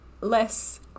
less